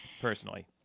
personally